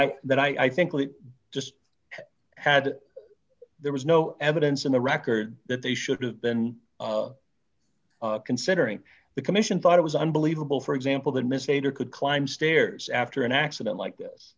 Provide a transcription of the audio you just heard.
i that i think we just had there was no evidence in the record that they should have been considering the commission thought it was unbelievable for example that miss major could climb stairs after an accident like this